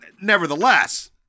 Nevertheless